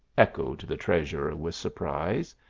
echoed the treasurer with surprise.